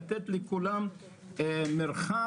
לתת לכולם מרחב,